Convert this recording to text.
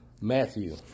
Matthew